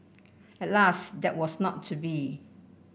alas that was not to be